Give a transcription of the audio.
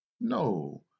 No